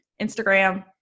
Instagram